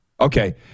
Okay